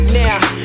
now